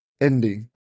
ending